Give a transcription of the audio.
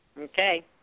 Okay